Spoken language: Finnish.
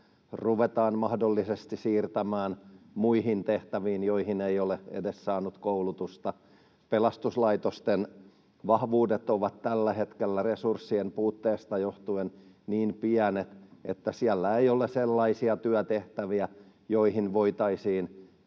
ruvetaan mahdollisesti siirtämään muihin tehtäviin, joihin ei ole edes saanut koulutusta. Pelastuslaitosten vahvuudet ovat tällä hetkellä resurssien puutteesta johtuen niin pienet, että siellä ei ole sellaisia työtehtäviä, joihin voitaisiin